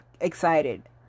Excited